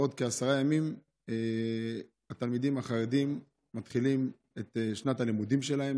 בעוד כעשרה ימים התלמידים החרדים מתחילים את שנת הלימודים שלהם,